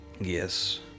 Yes